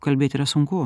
kalbėt yra sunku